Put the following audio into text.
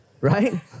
right